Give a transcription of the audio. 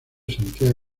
santiago